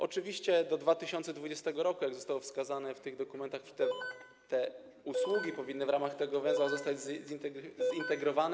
Oczywiście do 2020 r., jak zostało wskazane w tych dokumentach, te usługi powinny w ramach tego węzła zostać zintegrowane.